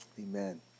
amen